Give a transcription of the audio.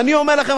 ואני אומר לכם,